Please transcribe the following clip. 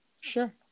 sure